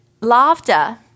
laughter –